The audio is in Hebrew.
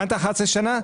הבנת 11 שנה?